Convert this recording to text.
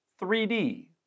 3D